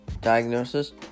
diagnosis